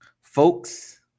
folks